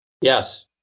Yes